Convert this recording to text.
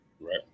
Right